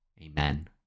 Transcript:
Amen